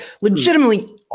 legitimately